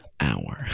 hour